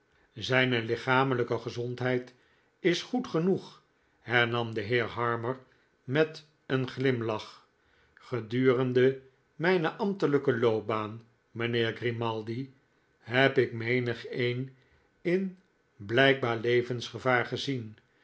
zijne lichamelyke gezondheid is goed genoeg hernam de heer harmer meteenglimlach gedurende mijne ambtelijke loopbaan mijnheer grimaldi heb ik menigeen in blykbaar le vensgevaar gezien